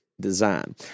design